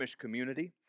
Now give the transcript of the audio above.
community